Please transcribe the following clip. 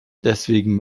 deswegen